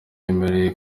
bemerewe